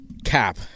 cap